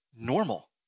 normal